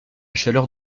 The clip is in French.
chaleur